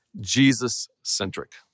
Jesus-centric